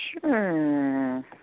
Sure